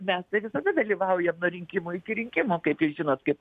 mes tai visada dalyvaujam nuo rinkimų iki rinkimų kaip jūs žinot kaip